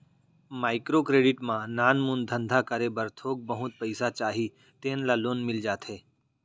micro credit म नानमुन धंधा करे बर थोक बहुत पइसा चाही तेन ल लोन मिल जाथे